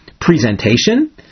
presentation